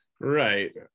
Right